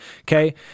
Okay